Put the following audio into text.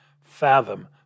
Fathom